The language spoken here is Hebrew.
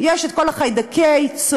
יש את כל חיידקי הצואה,